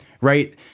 Right